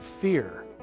fear